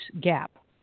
gap